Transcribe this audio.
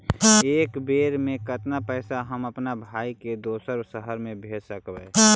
एक बेर मे कतना पैसा हम अपन भाइ के दोसर शहर मे भेज सकबै?